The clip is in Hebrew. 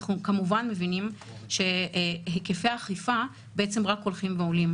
אנחנו מבינים שהיקפי האכיפה רק הולכים ועולים.